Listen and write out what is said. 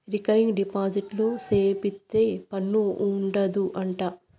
recurring deposit సేపిత్తే పన్ను ఉండదు అంట